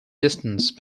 distance